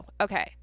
Okay